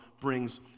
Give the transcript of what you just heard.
brings